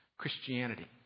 Christianity